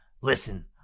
listen